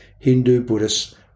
Hindu-Buddhist